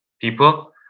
people